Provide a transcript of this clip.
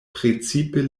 precipe